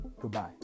goodbye